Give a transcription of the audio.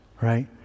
right